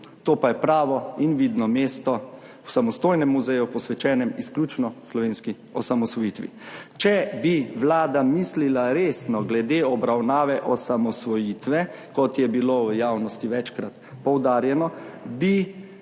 To pa je pravo in vidno mesto v samostojnem muzeju, posvečenem izključno slovenski osamosvojitvi. Če bi vlada mislila resno glede obravnave osamosvojitve, kot je bilo v javnosti večkrat poudarjeno, bi